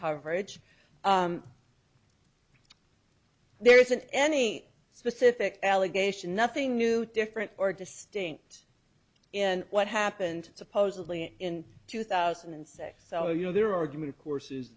coverage there isn't any specific allegation nothing new different or distinct in what happened supposedly in two thousand and six our you know their argument course